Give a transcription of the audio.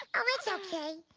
oh it's okay.